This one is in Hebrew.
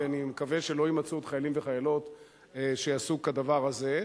ואני מקווה שלא יימצאו עוד חיילים וחיילות שיעשו כדבר הזה.